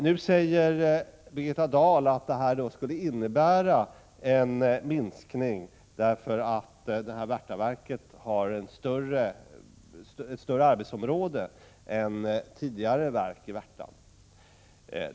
Nu säger Birgitta Dahl att det kommer att bli en minskning, därför att Värtaverket har ett större arbetsområde än tidigare verk i Värtan.